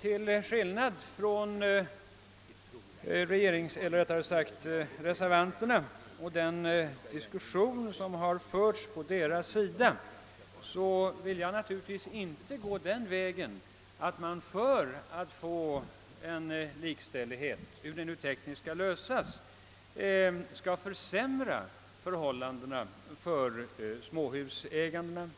Till skillnad från reservanten vill jag dock naturligtvis inte gå den vägen att man för att få en likställighet, hur det nu tekniskt skall gå till, skall försämra förhållandena för småhusägarna.